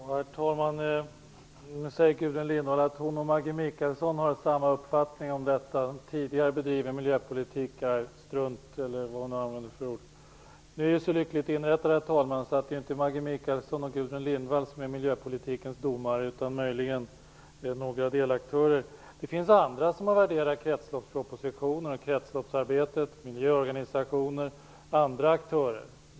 Herr talman! Nu säger Gudrun Lindvall att hon och Maggi Mikaelsson har samma uppfattning - att tidigare bedriven miljöpolitik är strunt, eller vad hon använde för ord. Herr talman! Nu är det så lyckligt inrättat att det inte är Maggi Mikaelsson och Gudrun Lindvall som är miljöpolitikens domare. Möjligen är de några av delaktörerna. Det finns andra, miljöorganisationer och andra aktörer, som har värderat kretsloppspropositionen och kretsloppsarbetet.